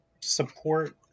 support